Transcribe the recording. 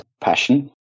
passion